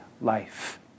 life